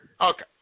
Okay